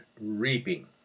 Reaping